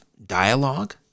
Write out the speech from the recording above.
dialogue